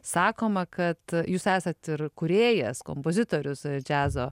sakoma kad jūs esat ir kūrėjas kompozitorius džiazo